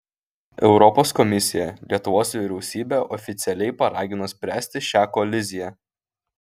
europos komisija lietuvos vyriausybę oficialiai paragino spręsti šią koliziją